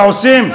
מה עושים?